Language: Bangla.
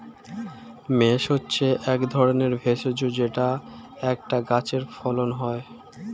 মেস হচ্ছে এক ধরনের ভেষজ যেটা একটা গাছে ফলন হয়